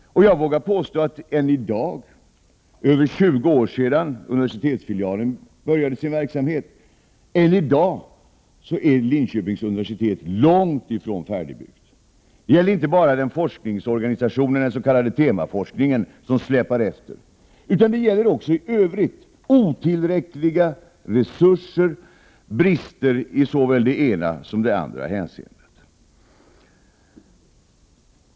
Jag vågar påstå att Linköpings universitet än i dag — det är över 20 år sedan universitetsfilialen började sin verksamhet — är långt ifrån färdigbyggt. Det är inte bara forskningsorganisationen, den så kallade Tema-forskningen, som släpar efter, utan detta gäller också i övrigt. Det är fråga om otillräckliga resurser och brister i såväl det ena som det andra hänseendet.